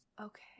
Okay